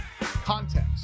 Context